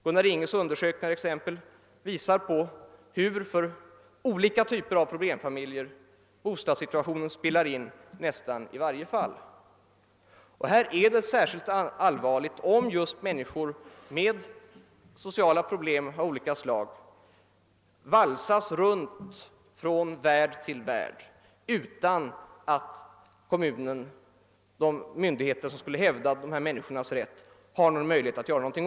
Gunnar Inghes undersökning visar t.ex., hur för olika typer av problemfamiljer bostadssituationen spelar in i nästan samtliga fall. Det är särskilt allvarligt om just människor med sociala problem av olika slag valsas runt från värd till värd utan att kommunen eller de myndigheter som skulle hävda dessa människors rätt har någon möjlighet att göra det.